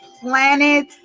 planet